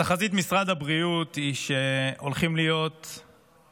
תחזית משרד הבריאות היא שהולכים להיות עוד